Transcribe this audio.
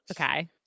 Okay